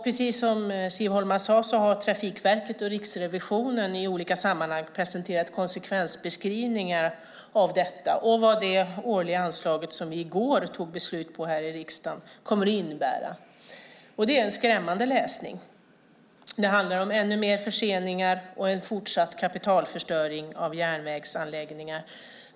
Precis som Siv Holma sade har Trafikverket och Riksrevisionen i olika sammanhang presenterat konsekvensbeskrivningar av detta och vad det årliga anslag som vi i går tog beslut om här i riksdagen kommer att innebära. Det är en skrämmande läsning. Det handlar om ännu mer förseningar och en fortsatt kapitalförstöring av järnvägsanläggningar.